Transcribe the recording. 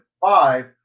five